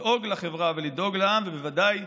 לדאוג לחברה ולדאוג לעם, ובוודאי